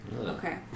Okay